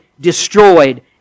destroyed